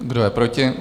Kdo je proti?